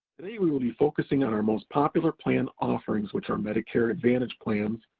today we will be focusing on our most popular plan offerings, which are medicare advantage plans,